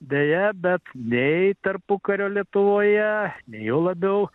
deja bet nei tarpukario lietuvoje nei juo labiau